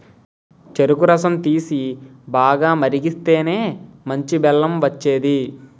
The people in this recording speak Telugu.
చెరుకు రసం తీసి, బాగా మరిగిస్తేనే మంచి బెల్లం వచ్చేది